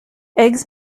eggs